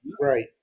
Right